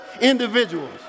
individuals